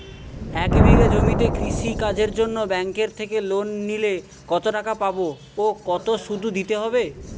এক বিঘে জমিতে কৃষি কাজের জন্য ব্যাঙ্কের থেকে লোন নিলে কত টাকা পাবো ও কত শুধু দিতে হবে?